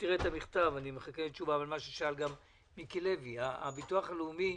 אבל גם מה ששאל מיקי לוי; הביטוח הלאומי,